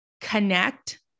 connect